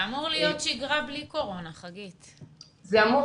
זה אמור להיות שגרה בלי קורונה זה אמור